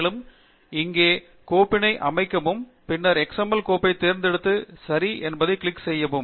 மேலும் இங்கே கோப்பினை அமைக்கவும் பின்னர் எக்ஸ்எம்எல் கோப்பை தேர்ந்தெடுத்து சரி என்பதைக் கிளிக் செய்யவும்